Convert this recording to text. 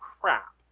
crap